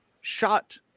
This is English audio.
shot